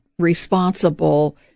responsible